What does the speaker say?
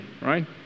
right